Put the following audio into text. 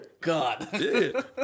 God